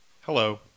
Hello